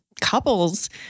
couples